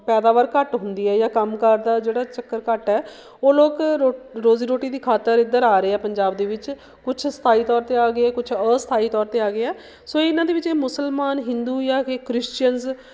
ਪੈਦਾਵਾਰ ਘੱਟ ਹੁੰਦੀ ਹੈ ਯਾ ਕੰਮ ਕਾਰ ਦਾ ਜਿਹੜਾ ਚੱਕਰ ਘੱਟ ਹੈ ਉਹ ਲੋਕ ਰੋਟ ਰੋਜ਼ੀ ਰੋਟੀ ਦੀ ਖਾਤਰ ਇਧਰ ਆ ਰਹੇ ਆ ਪੰਜਾਬ ਦੇ ਵਿੱਚ ਕੁਝ ਸਥਾਈ ਤੌਰ 'ਤੇ ਆ ਗਏ ਕੁਝ ਅਸਥਾਈ ਤੌਰ 'ਤੇ ਆ ਗਏ ਆ ਸੋ ਇਹਨਾਂ ਦੇ ਵਿੱਚ ਇਹ ਮੁਸਲਮਾਨ ਹਿੰਦੂ ਯਾ ਕਿ ਕ੍ਰਿਸ਼ਚਨਜ਼